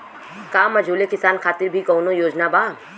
का मझोले किसान खातिर भी कौनो योजना बा?